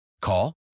Call